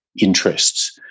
interests